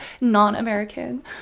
non-american